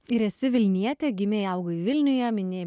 ir esi vilnietė gimei augai vilniuje minėjai